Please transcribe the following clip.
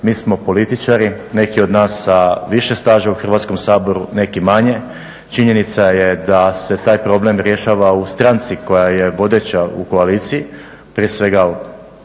Mi smo političari, neki od nas sa više staža u Hrvatskom saboru, neki manje. Činjenica je da se taj problem rješava u stanci koja je vodeća u koaliciji, prije svega u klubu